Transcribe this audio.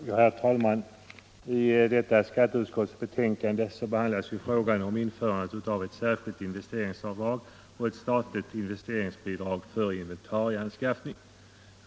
Herr talman! I skatteutskottets betänkande nr 26 behandlas frågan om införandet av ett särskilt investeringsavdrag och ett statligt investerings bidrag för inventarieanskaffning.